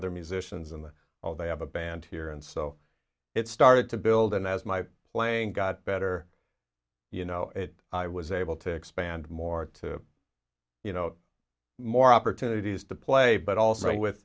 other musicians and all they have a band here and so it started to build and as my playing got better you know i was able to expand more to you know more opportunities to play but also with